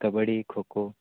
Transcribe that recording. kabaddi kho kho